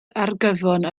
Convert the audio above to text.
argyfwng